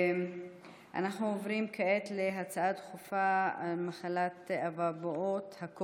אנחנו עוברים כעת להצעה דחופה לסדר-היום של